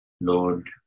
Lord